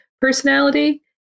personality